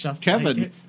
Kevin